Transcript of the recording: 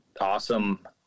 Awesome